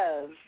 love